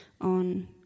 on